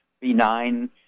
benign